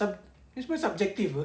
so ni semua subjective [pe]